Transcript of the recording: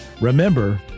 remember